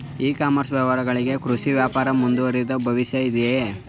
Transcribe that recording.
E commerce ವ್ಯವಹಾರಗಳಲ್ಲಿ ಕೃಷಿ ವ್ಯಾಪಾರ ಮುಂದುವರಿದರೆ ಭವಿಷ್ಯವಿದೆಯೇ?